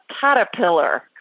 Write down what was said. caterpillar